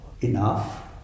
enough